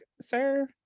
sir